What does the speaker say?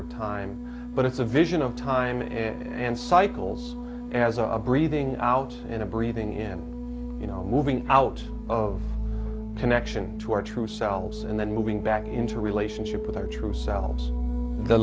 of time but it's a vision of time and cycles as are breathing out in the breathing here you know moving out of connection to our true selves and then moving back into relationship with our true selves the